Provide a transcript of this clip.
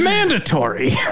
Mandatory